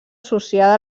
associada